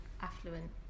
affluent